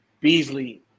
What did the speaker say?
Beasley